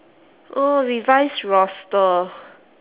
oh revise roster